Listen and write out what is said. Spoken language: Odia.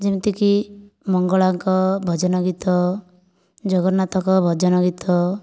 ଯେମିତିକି ମଙ୍ଗଳାଙ୍କ ଭଜନ ଗୀତ ଜଗନ୍ନାଥଙ୍କ ଭଜନ ଗୀତ